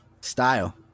Style